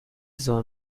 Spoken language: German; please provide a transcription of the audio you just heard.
soll